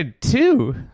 two